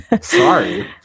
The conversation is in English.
sorry